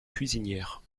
cuisinière